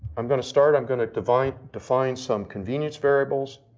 i'm gonna start. i'm gonna define define some convenience variables.